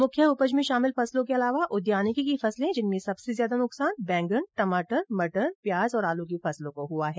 मुख्य उपज में शामिल फसलों के अलावा उद्यानिकी की फसले जिनमे सबसे ज्यादा नुकसान बैंगन टमॉटर मटर प्याज और आलू की फसलों को हुआ है